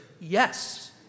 yes